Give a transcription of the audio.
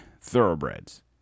thoroughbreds